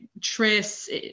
Tris